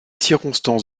circonstances